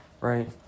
right